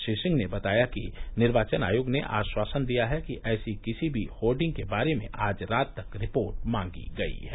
श्री सिंह ने बताया कि निर्वाचन आयोग ने आश्वासन दिया है कि ऐसी किसी भी होर्डिग्स के बारे में आज रात तक रिपोर्ट मांगी गई है